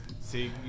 See